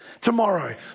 Tomorrow